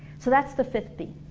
so that's the fifth b